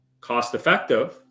Cost-effective